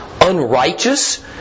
unrighteous